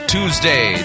Tuesday